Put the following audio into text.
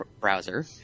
browser